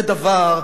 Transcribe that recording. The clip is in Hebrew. זה דבר,